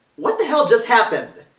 what the hell just happened?